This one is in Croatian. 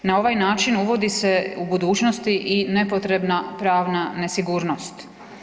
Na ovaj način uvodi se u budućnosti i nepotrebna pravna nesigurnost.